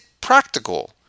practical